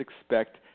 expect